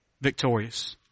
victorious